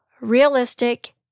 Realistic